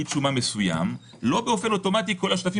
כי אני לא יכול לעשות שומה לשותפות לא באופן אוטומטי כל השותפים